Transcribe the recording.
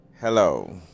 Hello